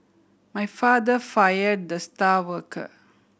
my father fire the star worker